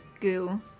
goo